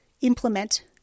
implement